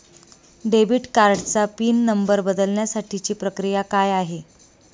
Debit कार्डचा PIN number बदलण्यासाठीची प्रक्रिया काय आहे?